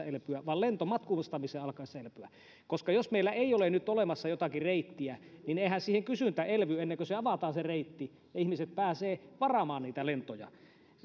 elpyä vaan lentomatkustamisen alkaessa elpyä jos meillä ei ole nyt olemassa jotakin reittiä niin eihän siihen kysyntä elvy ennen kuin se reitti ihmiset pääsevät varaamaan niitä lentoja